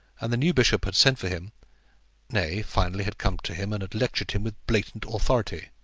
and the new bishop had sent for him nay, finally had come to him, and had lectured him with blatant authority.